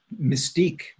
mystique